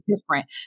different